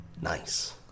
Nice